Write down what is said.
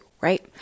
Right